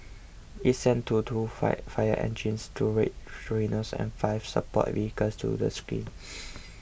it sent two to five fire engines two Red Rhinos and five support vehicles to the scene